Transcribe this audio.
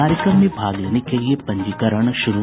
कार्यक्रम में भाग लेने के लिये पंजीकरण शुरू